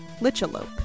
lichalope